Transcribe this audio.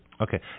Okay